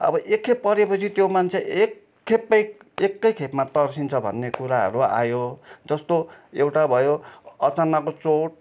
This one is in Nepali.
अब एक खेप परे पछि त्यो मान्छे एक खेपमै एकै खेपमा तर्सिन्छ भन्ने कुराहरू आयो जस्तो एउटा भयो अचानाको चोट खुकुरीले